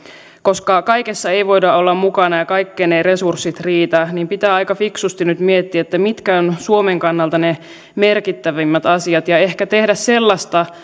koska kaikessa ei voida olla mukana ja kaikkeen eivät resurssit riitä niin pitää aika fiksusti nyt miettiä mitkä ovat suomen kannalta ne merkittävimmät asiat ja ehkä tehdä sellaista